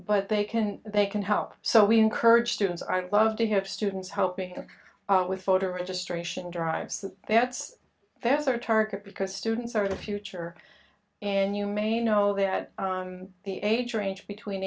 but they can they can help so we encourage students i'd love to have students helping them out with voter registration drives that that's their target because students are the future and you may know that the age range between